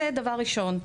זה הדבר הראשון.